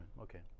Okay